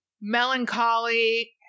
Melancholy